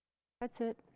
that's it.